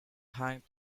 hang